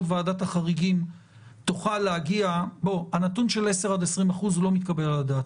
ועדת החריגים תוכל להגיע הנתון של 10%-20% לא מתקבל על הדעת.